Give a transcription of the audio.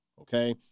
okay